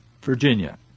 Virginia